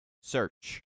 Search